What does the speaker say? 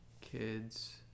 Kids